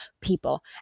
people